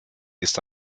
ist